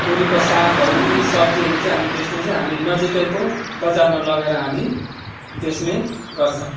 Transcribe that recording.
तोरीको सागहरू यी सब्जीहरू चाहिँ हाम् बेच्नु चाहिँ हामी नजिकैको बजारमा लगेर हामी बेच्ने गर्छौँ